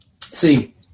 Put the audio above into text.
See